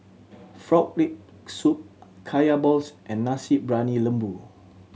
Frog Leg Soup Kaya balls and Nasi Briyani Lembu